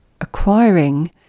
acquiring